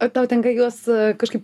ar tau tenka juos kažkaip